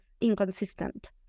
inconsistent